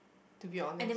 to be honest